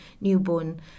newborn